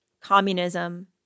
communism